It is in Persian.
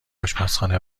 آشپزخانه